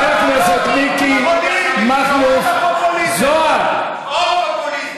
יש גם, חבר הכנסת מיקי מכלוף זוהר, פופוליזם.